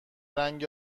رنگ